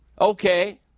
Okay